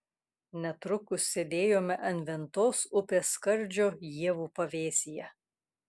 netrukus sėdėjome ant ventos upės skardžio ievų pavėsyje